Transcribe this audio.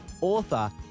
Author